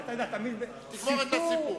תגמור את הסיפור.